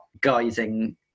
guiding